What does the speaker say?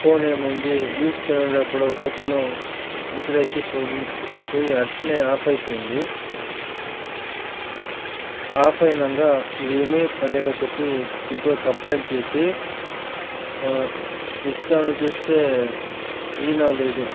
phone ఏమైంది use చేయనప్పుడు ఒకదినం విసుగెక్కిపోయి ఎక్కిపోయి అట్నే ఆఫ్ అయిపోయింది ఆఫ్ అయినాక ఇది ఏమీ పనిగా చెప్పి త్రిపుర కంప్లైంట్ చేసి ఇస్తాను చూస్తే ఈనో లేదు